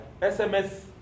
SMS